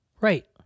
Right